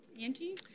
Angie